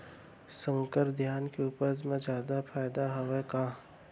संकर धान के उपज मा जादा फायदा हवय का?